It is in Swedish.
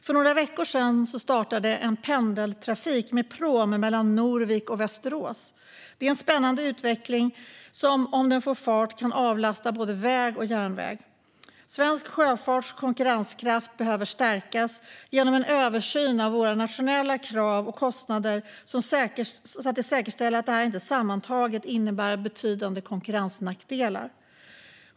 För några veckor sedan startade en pendeltrafik med pråm mellan Norvik och Västerås. Det är en spännande utveckling som, om den får fart, kan avlasta både väg och järnväg. Svensk sjöfarts konkurrenskraft behöver stärkas genom en översyn av våra nationella krav och kostnader så att det säkerställs att detta inte sammantaget innebär betydande konkurrensnackdelar.